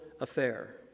affair